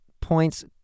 points